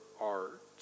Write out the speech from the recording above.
art